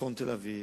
בצפון תל-אביב,